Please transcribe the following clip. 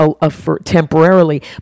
temporarily